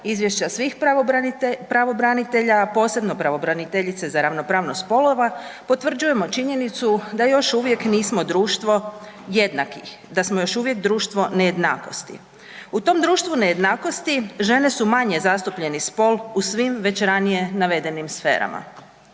izvješća svih pravobranitelja, a posebno pravobraniteljice za ravnopravnost spolova potvrđujemo činjenicu da još uvijek nismo društvo jednakih, da smo još uvijek društvo nejednakosti. U tom društvu nejednakosti žene su manje zastupljeni spol u svim već ranije navedenim sferama.